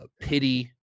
pity